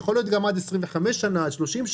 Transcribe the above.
זה יכול להיות גם עד 25 שנים או 30 שנים.